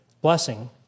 blessing